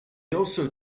also